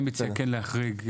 אני מציע כן להחריג,